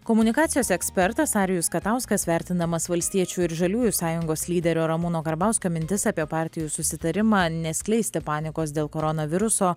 komunikacijos ekspertas arijus katauskas vertindamas valstiečių ir žaliųjų sąjungos lyderio ramūno karbauskio mintis apie partijų susitarimą neskleisti panikos dėl koronaviruso